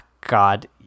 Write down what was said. God